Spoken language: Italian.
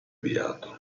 avviato